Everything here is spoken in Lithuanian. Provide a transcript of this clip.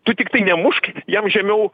tu tiktai nemušk jam žemiau